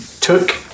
took